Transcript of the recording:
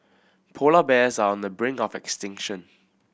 polar bears are on the brink of extinction